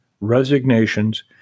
resignations